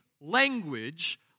language